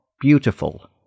Beautiful